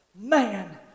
Man